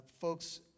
Folks